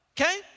Okay